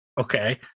okay